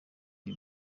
ibi